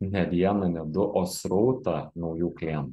ne vieną ne du o srautą naujų klientų